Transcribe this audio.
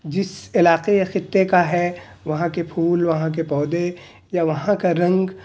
جس علاقے یا خطے کا ہے وہاں کے پھول وہاں کے پودے یا وہاں کا رنگ